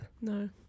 no